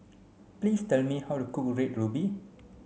please tell me how to cook red ruby